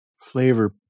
flavor